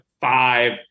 five